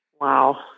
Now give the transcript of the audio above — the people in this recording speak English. Wow